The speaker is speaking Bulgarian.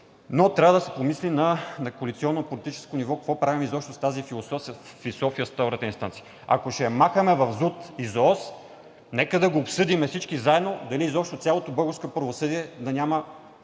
но трябва да се помисли на коалиционно политическо ниво какво правим изобщо с тази философия с втората инстанция. Ако ще я махаме в ЗУТ и ЗОС, нека да го обсъдим всички заедно, дали изобщо цялото българско правосъдие да няма